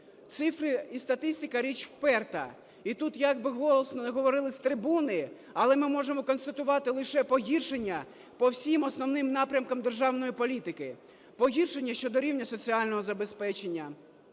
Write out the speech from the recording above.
Цифри і статистика – річ вперта. І тут як би голосно не говорили з трибуни, але ми можемо констатувати лише погіршення по всіх основних напрямках державної політики, погіршення щодо рівня соціального забезпечення.